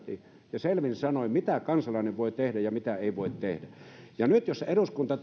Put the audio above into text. ja selvin sanoin mitä kansalainen voi tehdä ja mitä ei voi tehdä nyt jos eduskunta